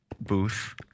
booth